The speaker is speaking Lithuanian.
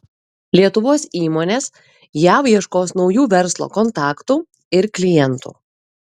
lietuvos įmonės jav ieškos naujų verslo kontaktų ir klientų